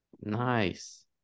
Nice